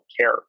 care